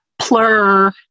plur